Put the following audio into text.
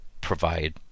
provide